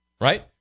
right